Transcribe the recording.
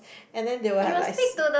and then they will have like s~